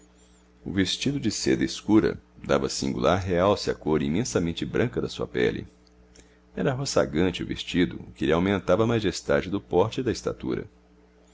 o vestido de seda escura dava singular realce à cor imensamente branca da sua pele era roçagante o vestido o que lhe aumentava a majestade do porte e da estatura